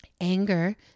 anger